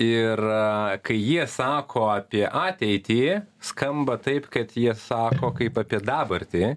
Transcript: ir kai jie sako apie ateitį skamba taip kad jie sako kaip apie dabartį